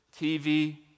TV